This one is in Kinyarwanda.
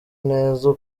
neza